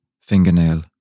fingernail